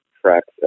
tracks